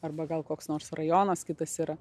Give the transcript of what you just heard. arba gal koks nors rajonas kitas yra